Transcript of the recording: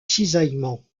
cisaillement